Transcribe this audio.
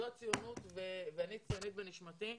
זו הציונות ואני ציונית בנשמתי.